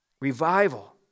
Revival